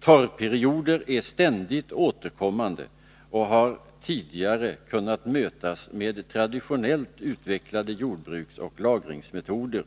Torrperioder är ständigt återkommande och har tidigare kunnat mötas med traditionellt utvecklade jordbruksoch lagringsmetoder.